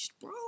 bro